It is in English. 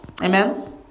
Amen